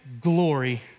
glory